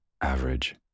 average